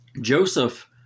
Joseph